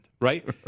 right